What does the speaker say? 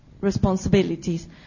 responsibilities